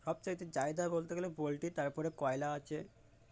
সব চাইতে চাহিদা বলতে গেলে পোল্ট্রী তারপরে কয়লা আছে